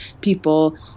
people